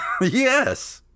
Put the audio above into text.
yes